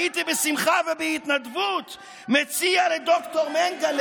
הייתי בשמחה ובהתנדבות מציע לד"ר מנגלה